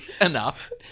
Enough